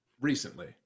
Recently